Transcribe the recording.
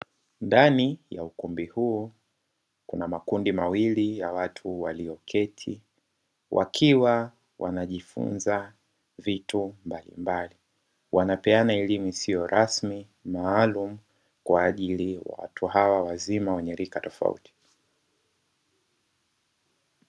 Ndani ya ukumbi huu kuna makundi mawili ya watu walioketi wakiwa wanajifunza vitu mbalimbali, wanapeana elimu isiyo rasmi maalumu kwa ajili ya watu hawa wazima wenye rika tofauti.